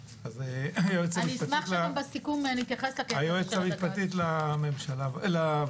אשמח שבסיכום תתייחס לקטע הזה --- היועצת המשפטית לוועדה,